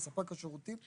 לספק השירותים,